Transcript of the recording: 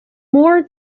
more